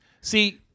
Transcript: See